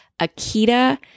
Akita